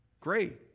Great